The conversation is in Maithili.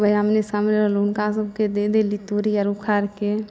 कोइ आमने सामने रहल हुनका सबके दे देली तोरी आर उखाड़िके